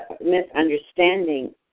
misunderstanding